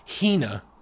Hina